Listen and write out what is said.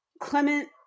Clement